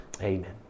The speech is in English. Amen